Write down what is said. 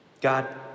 God